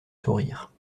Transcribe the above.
sourire